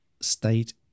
state